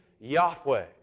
Yahweh